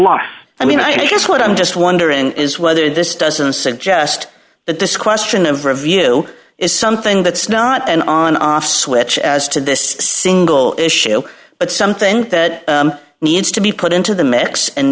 here i mean i guess what i'm just wondering is whether this doesn't suggest that this question of review is something that's not an on off switch as to this single issue but something that needs to be put into the mix and